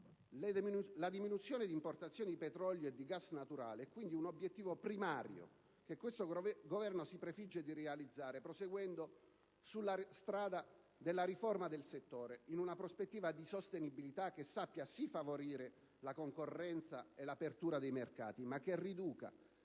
La diminuzione delle importazioni di petrolio e di gas naturale è quindi un obiettivo primario che questo Governo si prefigge di realizzare, proseguendo sulla strada della riforma del settore, in una prospettiva di sostenibilità, che sappia, sì, favorire la concorrenza e l'apertura dei mercati, ma che riduca